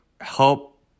help